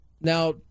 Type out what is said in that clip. Now